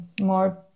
more